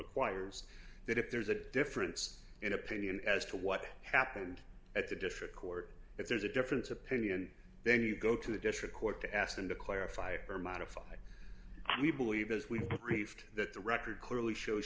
requires that if there's a difference in opinion as to what happened at the district court if there's a difference of opinion then you go to the district court to ask them to clarify or modify we believe as we reached that the record clearly show